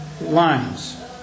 lines